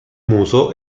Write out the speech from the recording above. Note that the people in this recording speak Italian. muso